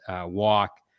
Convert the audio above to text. walk